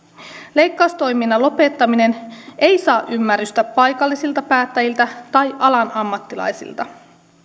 leikkaustoiminnan lopettaminen ei saa ymmärrystä paikallisilta päättäjiltä tai alan ammattilaisilta